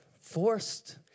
forced